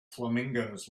flamingos